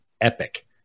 epic